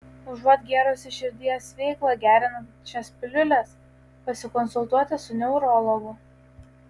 užuot gėrusi širdies veiklą gerinančias piliules pasikonsultuoti su neurologu